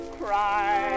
cry